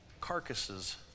Carcasses